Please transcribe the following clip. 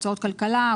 הוצאות כלכלה,